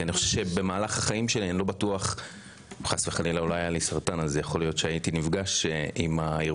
כי אני חושב שבמהלך החיים שלי אני לא בטוח שהייתי נפגש עם זה,